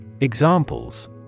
Examples